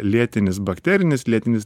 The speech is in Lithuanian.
lėtinis bakterinis lėtinis